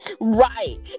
Right